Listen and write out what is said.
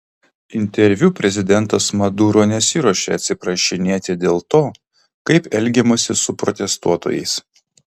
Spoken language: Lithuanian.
interviu prezidentas maduro nesiruošė atsiprašinėti dėl to kaip elgiamasi su protestuotojais